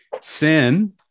Sin